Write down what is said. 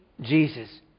Jesus